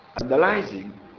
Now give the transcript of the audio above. analyzing